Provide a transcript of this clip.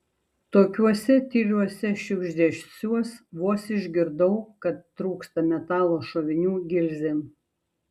tokiuose tyliuose šiugždesiuos vos išgirdau kad trūksta metalo šovinių gilzėm